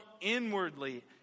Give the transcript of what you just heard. inwardly